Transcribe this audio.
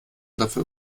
dafür